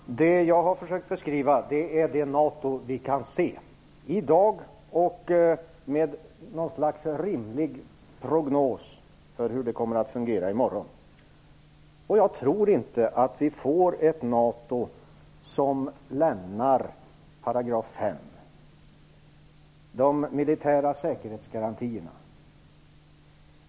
Fru talman! Det jag har försökt beskriva är det NATO vi kan se i dag och efter något slags rimlig prognos för hur det kommer att fungera i morgon. Jag tror inte att vi får ett NATO som lämnar § 5 - de militära säkerhetsgarantierna.